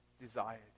desired